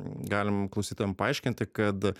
galim klausytojam paaiškinti kad